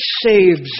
saves